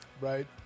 Right